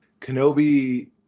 Kenobi